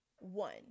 One